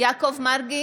יעקב מרגי, בעד